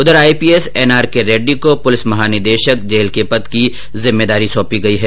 उधर IPS NRK Reddy को police महानिदेशक जेल के पद की जिम्मेदारी सौंपी है